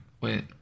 wait